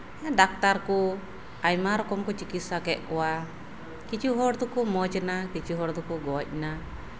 ᱦᱮᱸ ᱰᱟᱠᱛᱟᱨ ᱠᱚ ᱟᱭᱢᱟ ᱨᱚᱠᱚᱢ ᱠᱚ ᱪᱤᱠᱤᱛᱥᱟ ᱠᱮᱜ ᱠᱚᱣᱟ ᱠᱤᱪᱷᱩ ᱦᱚᱲ ᱫᱚᱠᱚ ᱢᱚᱡᱽ ᱮᱱᱟ ᱟᱨ ᱠᱤᱪᱷᱩ ᱦᱚᱲ ᱫᱚᱠᱚ ᱜᱚᱡ ᱮᱱᱟ